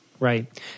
right